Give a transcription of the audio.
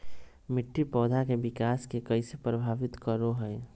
मिट्टी पौधा के विकास के कइसे प्रभावित करो हइ?